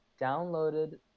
downloaded